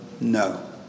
No